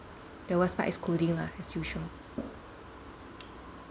the worst part is coding lah as usual